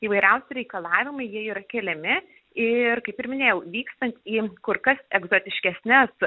įvairiausi reikalavimai jie yra keliami ir kaip ir minėjau vykstant į kur kas egzotiškesnes